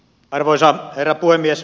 arvoisa herra puhemies